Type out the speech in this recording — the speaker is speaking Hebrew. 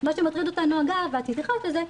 מה שמטריד אותנו ואת התייחסת לזה,